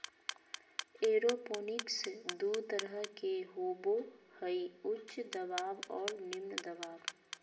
aeroponics दू तरह के होबो हइ उच्च दबाव और निम्न दबाव